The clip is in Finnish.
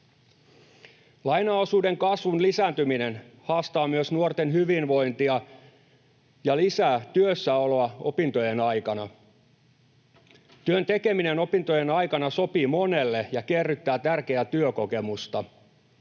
Lainaosuuden kasvun lisääntyminen haastaa myös nuorten hyvinvointia ja lisää työssäoloa opintojen aikana. Työn tekeminen opintojen aikana sopii monelle ja kerryttää tärkeää työkokemusta.